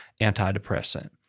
antidepressant